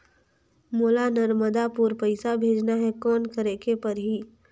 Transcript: मोला नर्मदापुर पइसा भेजना हैं, कौन करेके परही?